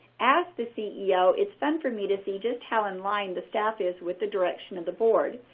as the ceo, it's fun for me to see just how in line the staff is with the direction of the board.